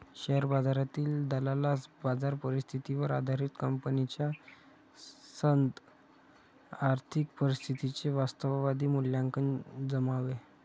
share बाजारातील दलालास बाजार परिस्थितीवर आधारित कंपनीच्या सद्य आर्थिक परिस्थितीचे वास्तववादी मूल्यांकन जमावे